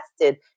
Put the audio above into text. tested